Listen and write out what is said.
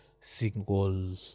single